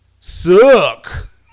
Suck